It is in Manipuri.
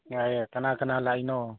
ꯌꯥꯏ ꯌꯥꯏ ꯀꯅꯥ ꯀꯅꯥ ꯂꯥꯛꯏꯅꯣ